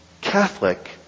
Catholic